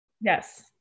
yes